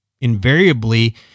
invariably